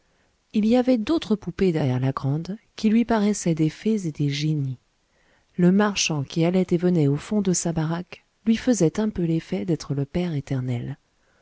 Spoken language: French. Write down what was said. il y avait d'autres poupées derrière la grande qui lui paraissaient des fées et des génies le marchand qui allait et venait au fond de sa baraque lui faisait un peu l'effet d'être le père éternel